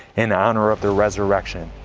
in honor of the resurrection.